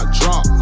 drop